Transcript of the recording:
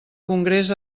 congrés